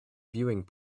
viewing